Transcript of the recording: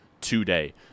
today